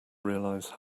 realize